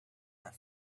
but